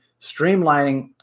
streamlining